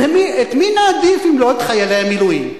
את מי נעדיף אם לא את חיילי המילואים?